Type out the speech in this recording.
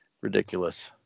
Ridiculous